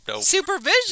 supervision